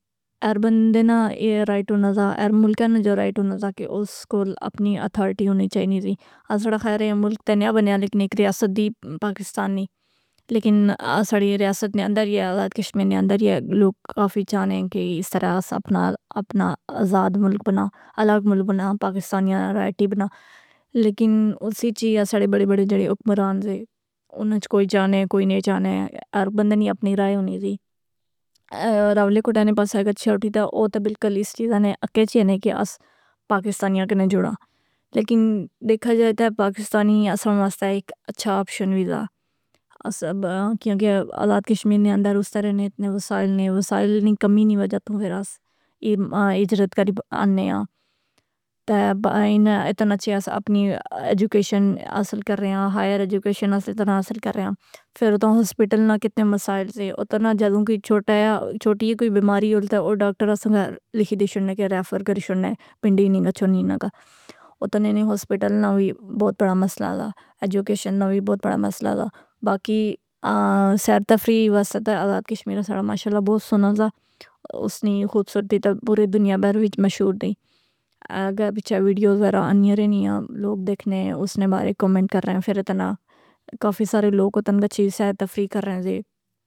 ار بندے نہ اے رائٹ ہونا ذا، ار ملکے نہ جو رائٹ ہونا ذا کہ اس کول اپنی اتھارٹی ہونی چائینی ری۔ اساڑا خیر ہئ ملک تہ نیہ بنیا لہکن ایک ریاست دی پاکستان نیں۔ لیکن اساڑی ریاست نے اندر یہ آزاد کشمیر نے اندر یہ لوگ کافی چاہنے کہ اس طرح اس اپنا ازاد ملک بنا، الگ ملک بنا، پاکستانیاں نہ رائٹی بنا۔ لیکن اس اچ ای اساڑے بڑے بڑے جیڑے حکمران زے، اناں اچ کوئی جانے کوئی نیں جانے، ار بندے نیں اپنی رائے ہونی ذی۔ اے راولے کوٹاں نے پاس اے گچھیا اٹھی تہ او تہ بلکل اس چیزاں نے اکے اچی نئ کہ اس پاکستانیاں کننے جڑا۔ لیکن دیکھا جائے تہ پاکستانی اساں واسطہ ایک اچھا آپشن وی دا۔ کیونکہ آزاد کشمیر نے اندر اس طرح نے اتنے وسائل نیں، وسائلاں نیں کمی نیں وجہ توں فر اس ہجرت کری آنے آں۔ تہ اتنا اچھی اس اپنی ایجوکیشن حاصل کررے آں، ہائر ایجوکیشن اسے طرح حاصل کررے آں۔ فر اوتھاں ہوسپیٹل نہ کتنا مسائل سی، اتے ںہ جدوں کوئی چھوٹی کوئی بیماری ہونی تہ او ڈاکٹراسنگا لکھے دئ شوڑنے کہ ریفر کری شوڑنے، پنڈی نیں گچھو ہی نہ کا۔ اتھے نے نیں ہوسپیٹل نا وی بہت بڑا مسئلہ دا، ایجوکیشن نا وی بہت بڑا مسئلہ دا۔ باقی سیر تفریح واسطے تہ آزاد کشمیر اساڑا ماشاءاللہ بہت سوہنہ دا، اس نی خوبصورتی تہ پوری دنیا بھر وچ مشہوردی۔ اگّے پچھے ویڈیوز وغیرہ آنیاں رہنیاں۔ لوگ دیکھنے، اس نے بارے کومنٹ کرنے۔ فر تہ نہ کافی سارے لوگ اتن گچھی سیر و تفریح کرنے زے.